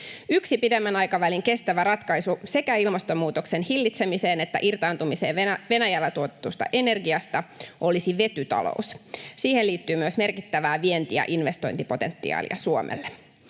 Yksi pidemmän aikavälin kestävä ratkaisu sekä ilmastonmuutoksen hillitsemiseen että irtaantumiseen Venäjällä tuotetusta energiasta olisi vetytalous. Siihen liittyy myös merkittävää vienti- ja investointipotentiaalia Suomelle.